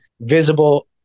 visible